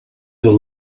the